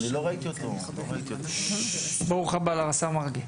ברוך הבא לשר מרגי.